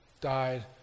died